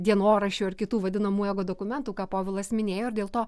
dienoraščių ar kitų vadinamųjų dokumentų ką povilas minėjo ir dėl to